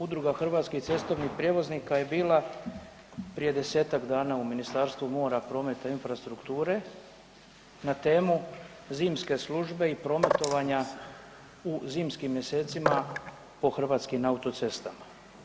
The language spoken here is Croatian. Udruga hrvatskih cestovnih prijevoznika je bila prije 10-tak dana u Ministarstvu mora, prometa i infrastrukture na temu zimske službe i prometovanja u zimskim mjesecima po hrvatskim autocestama.